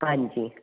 ਹਾਂਜੀ